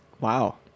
Wow